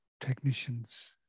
technicians